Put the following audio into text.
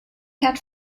had